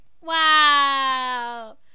Wow